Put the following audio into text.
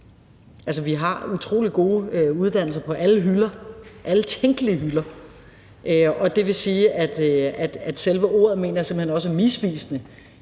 vi har utrolig gode uddannelser på alle hylder, alle tænkelige hylder, og det vil sige, at selve ordet mener jeg simpelt